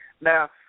Now